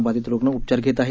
बाधित रुग्ण उपचार घेत आहेत